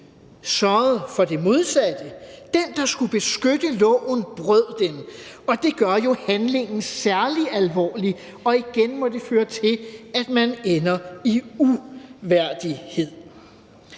sørgede for det modsatte; den, der skulle beskytte loven, brød den. Og det gør jo handlingen særlig alvorlig. Og igen må det føre til, at man ender i uværdighed.